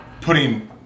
putting